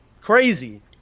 crazy